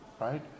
right